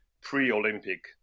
pre-Olympic